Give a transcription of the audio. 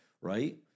right